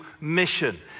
mission